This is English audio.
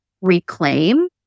reclaim